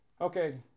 Okay